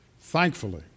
Thankfully